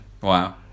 Wow